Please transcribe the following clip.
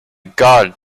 god